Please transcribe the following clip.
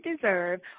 deserve